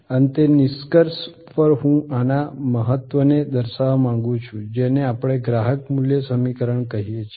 અંતે નિષ્કર્ષ પર હું આના મહત્વને દર્શાવવા માંગુ છું જેને આપણે ગ્રાહક મૂલ્ય સમીકરણ કહીએ છીએ